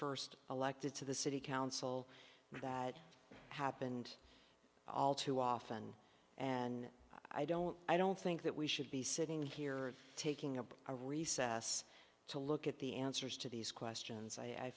first elected to the city council and that happened all too often and i don't i don't think that we should be sitting here taking of a recess to look at the answers to these questions i